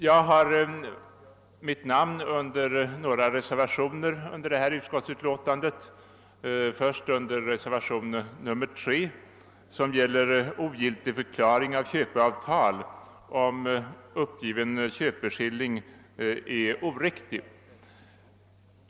Jag har mitt namn under några reservationer till tredje lagutskottets utlåtande nr 80. Den första är reservationen III, som gäller ogiltigförklaring av köpeavtal om uppgiven köpeskilling är oriktig.